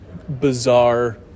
bizarre